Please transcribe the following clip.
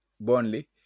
Burnley